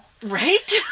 Right